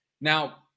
Now